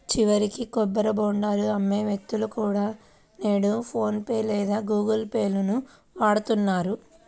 చివరికి కొబ్బరి బోండాలు అమ్మే వ్యక్తులు కూడా నేడు ఫోన్ పే లేదా గుగుల్ పే లను వాడుతున్నారు